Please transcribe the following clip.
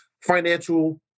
financial